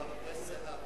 בבקשה.